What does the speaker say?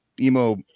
emo